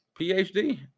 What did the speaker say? PhD